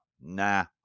nah